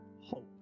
hope